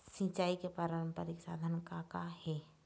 सिचाई के पारंपरिक साधन का का हे?